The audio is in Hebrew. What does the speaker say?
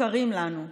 מוכרים לנו.